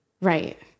Right